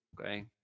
okay